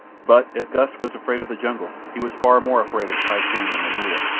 but if gust was afraid of the jungle he was far more afraid of kai shang and momulla.